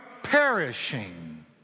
perishing